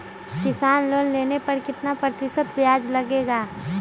किसान लोन लेने पर कितना प्रतिशत ब्याज लगेगा?